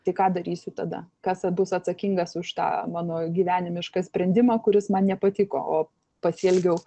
tai ką darysiu tada kas bus atsakingas už tą mano gyvenimišką sprendimą kuris man nepatiko o pasielgiau